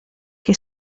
che